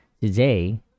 Today